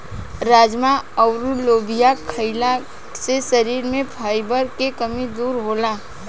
राजमा अउर लोबिया खईला से शरीर में फाइबर के कमी दूर होला